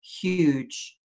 huge